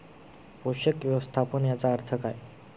पोषक व्यवस्थापन याचा अर्थ काय?